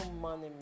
money